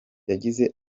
yagize